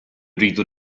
rridu